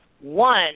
One